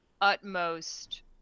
utmost